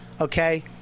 Okay